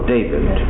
David